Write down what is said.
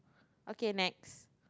okay next